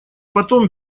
потом